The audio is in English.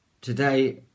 today